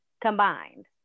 combined